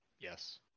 Yes